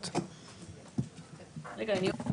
הרווחת.